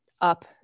up